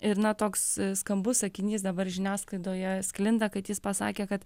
ir na toks skambus sakinys dabar žiniasklaidoje sklinda kad jis pasakė kad